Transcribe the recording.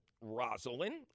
Rosalind